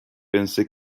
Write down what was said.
pensé